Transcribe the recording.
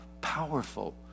powerful